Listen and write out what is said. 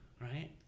Right